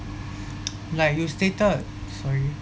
like you stated sorry